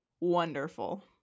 wonderful